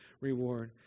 reward